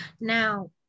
Now